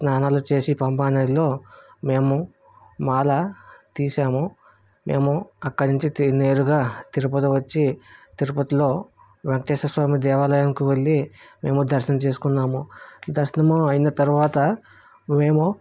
స్నానాలు చేసి పంబా నదిలో మేము మాల తీసాము మేము అక్కడ నుంచి నేరుగా తిరుపతి వచ్చి తిరుపతిలో వెంకటేశ్వరస్వామి దేవాలయమునకు వెళ్ళి మేము దర్శనం చేసుకున్నాము దర్శనం అయిన తర్వాత మేము